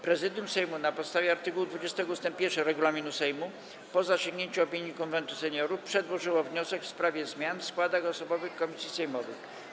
Prezydium Sejmu, na podstawie art. 20 ust. 1 regulaminu Sejmu, po zasięgnięciu opinii Konwentu Seniorów, przedłożyło wniosek w sprawie zmian w składach osobowych komisji sejmowych.